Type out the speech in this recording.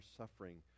suffering